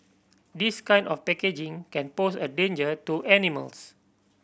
this kind of packaging can pose a danger to animals